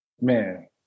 Man